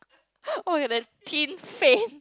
oh like the teen faint